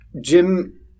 Jim